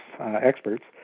experts